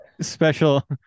Special